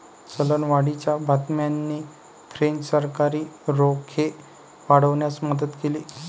चलनवाढीच्या बातम्यांनी फ्रेंच सरकारी रोखे वाढवण्यास मदत केली